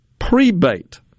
prebate